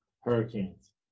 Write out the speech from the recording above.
Hurricanes